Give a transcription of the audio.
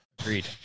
Agreed